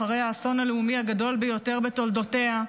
אחרי האסון הלאומי הגדול ביותר בתולדותיה,